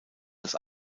das